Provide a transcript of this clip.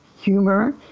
humor